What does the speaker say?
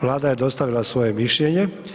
Vlada je dostavila svoje mišljenje.